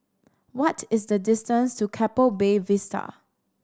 what is the distance to Keppel Bay Vista